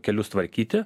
kelius tvarkyti